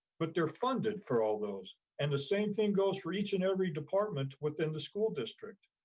but they're funded for all those. and the same thing goes for each and every department within the school district.